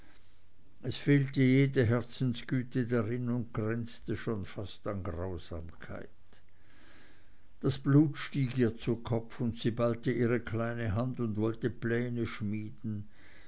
es fehlte jede herzensgüte darin und grenzte schon fast an grausamkeit das blut stieg ihr zu kopf und sie ballte ihre kleine hand und wollte pläne schmieden